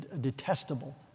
detestable